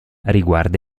riguarda